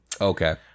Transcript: Okay